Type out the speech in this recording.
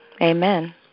Amen